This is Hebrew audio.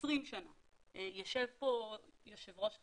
20 שנה יישב פה יושב ראש חדש,